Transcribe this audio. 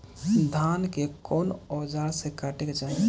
धान के कउन औजार से काटे के चाही?